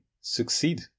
succeed